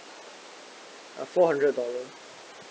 uh four hundred dollars